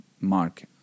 mark